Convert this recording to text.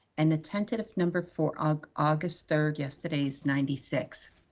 and a tentative number for um august third yesterday is ninety six.